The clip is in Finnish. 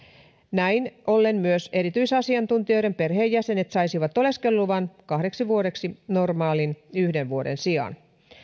näin ollen myös erityisasiantuntijoiden perheenjäsenet saisivat oleskeluluvan kahdeksi vuodeksi vuoden sijaan